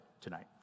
tonight